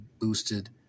boosted